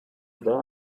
there